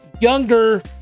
younger